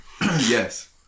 Yes